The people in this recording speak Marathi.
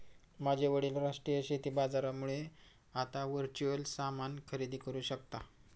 माझे वडील राष्ट्रीय शेती बाजारामुळे आता वर्च्युअल सामान खरेदी करू शकता